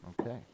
Okay